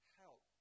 help